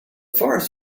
forest